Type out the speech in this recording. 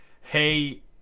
hey